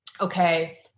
okay